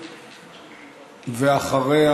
ואחריה,